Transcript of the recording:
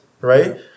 right